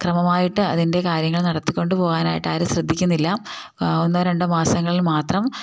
ക്രമമായിട്ട് അതിൻ്റെ കാര്യങ്ങൾ നടത്തിക്കൊണ്ട് പോകാനായിട്ട് ആരും ശ്രദ്ധിക്കുന്നില്ല ഒന്നോ രണ്ടോ മാസങ്ങളിൽ മാത്രം